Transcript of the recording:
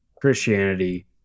christianity